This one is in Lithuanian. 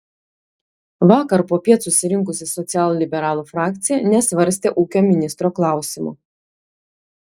vakar popiet susirinkusi socialliberalų frakcija nesvarstė ūkio ministro klausimo